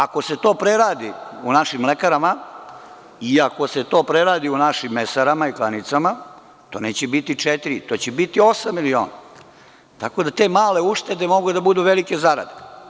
Ako se to preradi u našim mlekarama i iako se to preradi u našim mesarama i klanicama, to neće biti četiri, to će biti osam miliona, tako da te male uštede mogu da budu velike zarade.